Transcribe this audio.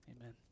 amen